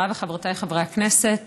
חבריי וחברותיי חברי הכנסת,